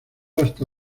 hasta